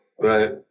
Right